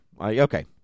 Okay